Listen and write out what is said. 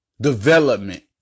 development